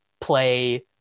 play